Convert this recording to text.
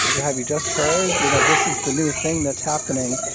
have you just heard? you know, this is the new thing that's happening.